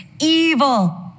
evil